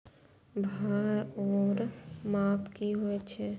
भार ओर माप की होय छै?